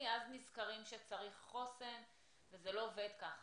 אז נזכרים שצריך חוסן וזה לא עובד ככה.